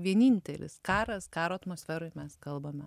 vienintelis karas karo atmosferoj mes kalbame